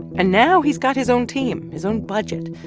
and now he's got his own team, his own budget,